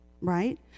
Right